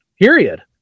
period